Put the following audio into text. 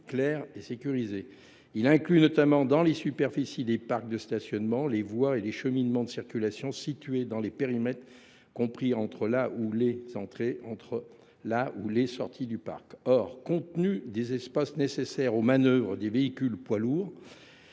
il inclut dans la superficie des parcs de stationnement les voies et cheminements de circulation situés dans le périmètre compris entre la ou les entrées et la ou les sorties. Or, compte tenu des espaces nécessaires aux manœuvres des poids lourds,